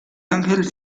ángel